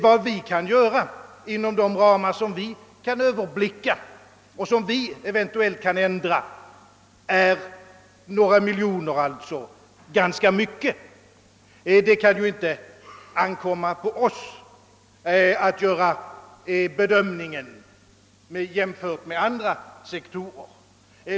Vad vi kan göra inom de ramar, som vi kan överblicka och eventuellt göra ändringar i, begränsar sig till några få miljoner kronor. Det kan inte ankomma på oss att göra en bedömning i förhållande till andra sektorer.